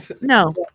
no